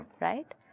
Right